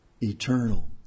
eternal